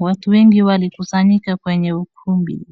Watu wengi walikusanyika kwenye ukumbi